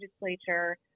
legislature